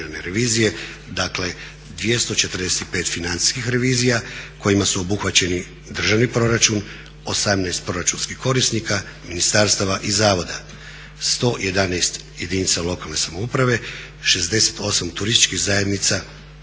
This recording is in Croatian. Dakle, 245 financijskih revizija kojima su obuhvaćeni državni proračun, 18 proračunskih korisnika, ministarstava i zavoda, 111 jedinica lokalne samouprave, 68 turističkih zajednica